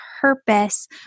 purpose